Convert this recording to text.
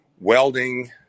welding